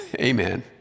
Amen